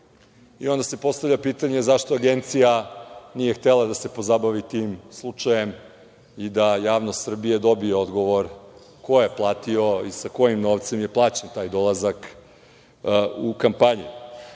se postavlja pitanje – zašto agencija nije htela da se pozabavi tim slučajem i da javnost Srbije dobije odgovor ko je platio i sa kojim novcem je plaćen taj dolazak u kampanju?